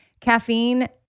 Caffeine